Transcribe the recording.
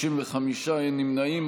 60, שני נמנעים.